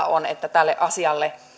on että tälle asialle